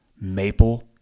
Maple